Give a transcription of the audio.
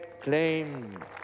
claim